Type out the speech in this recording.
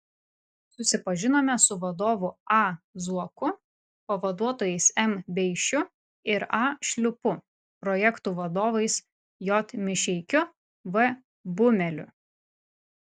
susipažinome su vadovu a zuoku pavaduotojais m beišiu ir a šliupu projektų vadovais j mišeikiu v bumeliu